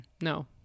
no